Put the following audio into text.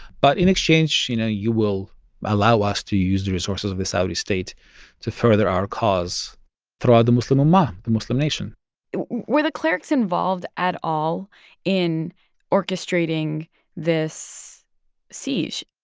but in exchange, you know, you will allow us to use the resources of the saudi state to further our cause throughout the muslim ummah, the muslim nation where the clerics involved at all in orchestrating this siege?